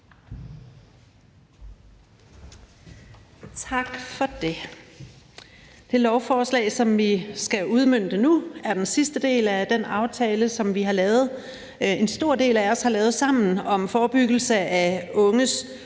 Tak for det.